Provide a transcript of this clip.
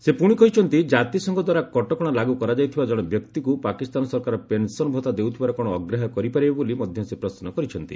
ସେ ପୁଣି କହିଛନ୍ତି କାତିସଂଘ ଦ୍ୱାରା କଟକଣା ଲାଗୁ କରାଯାଇଥିବା ଜଣେ ବ୍ୟକ୍ତିକୁ ପାକିସ୍ତାନ ସରକାର ପେନ୍ସନ୍ ଭତ୍ତା ଦେଉଥିବାର କ'ଣ ଅଗ୍ରାହ୍ୟ କରିପାରିବେ ବୋଲି ମଧ୍ୟ ସେ ପ୍ରଶ୍ନ କରିଛନ୍ତି